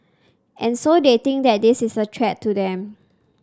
and so they think that this is a threat to them